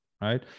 Right